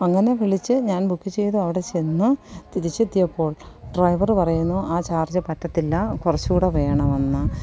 അങ്ങനെ വിളിച്ച് ഞാൻ ബുക്ക് ചെയ്ത് അവിടെ ചെന്ന് തിരിച്ചെത്തിയപ്പോൾ ഡ്രൈവറ് പറയുന്നു ആ ചാർജ് പറ്റത്തില്ല കുറച്ച് കൂടെ വേണമെന്ന്